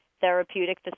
therapeutic